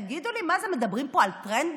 תגידו לי, מה זה, מדברים פה על טרנדים?